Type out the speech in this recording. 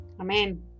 Amen